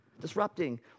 disrupting